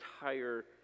entire